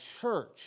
church